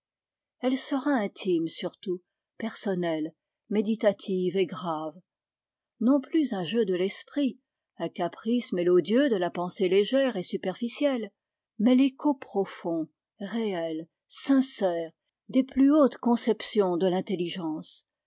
elle sera intime surtout personnelle méditative et grave non plus un jeu de l'esprit un caprice mélodieux de la pensée légère et superficielle mais l'écho profond réel sincère des plus hautes conceptions de l'intelligence